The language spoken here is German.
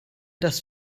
das